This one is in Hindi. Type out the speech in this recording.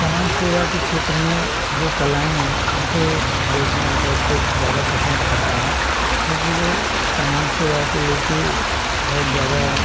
समाज सेवा के क्षेत्र में जो कलाएँ हैं उनको देखना बहुत ज्यादा पसंद करता हूँ क्योंकि वो समाज सेवा को लेकर बहुत ज्यादा